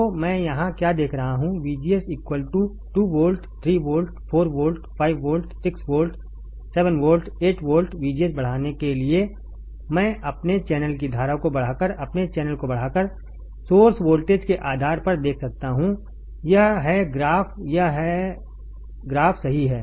तो मैं यहाँ क्या देख रहा हूँ VGS 2 volt 3 volt 4 volt 5 volt 6 volt 7 volt 8 volt VGS बढ़ाने के लिए मैं अपने चैनल की धारा को बढ़ाकर अपने चैनल को बढ़ाकर सोर्स वोल्टेज के आधार पर देख सकता हूं यह है ग्राफ यह ग्राफ सही है